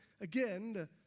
Again